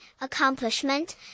accomplishment